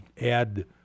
add